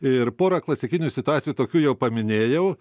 ir porą klasikinių situacijų tokių jau paminėjau